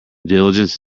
diligence